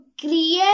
create